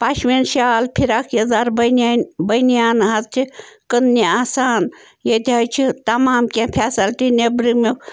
پشمیٖن شال فِراک یزار بنیان بنیان حظ چھِ کٕنٛنہِ آسان ییٚتہِ حظ چھِ تمام کیٚنٛہہ فیسلٹی نٮ۪برِمیٚو